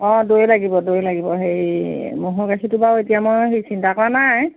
অঁ দৈ লাগিব দৈ লাগিব হেৰি ম'হৰ গাখীৰটো বাৰু এতিয়া মই হেৰি চিন্তা কৰা নাই